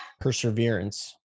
Perseverance